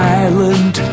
island